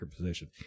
position